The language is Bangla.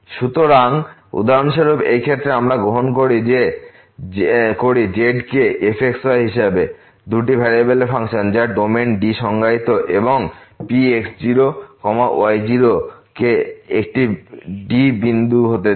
সুতরাং উদাহরণস্বরূপ এই ক্ষেত্রে আমরাগ্রহণ করি z কে fx y হিসাবে দুটি ভেরিয়েবলের ফাংশন যা ডোমেইন D সংজ্ঞায়িত এবং এই P x0 y0 কে একটি D বিন্দু হতে দিন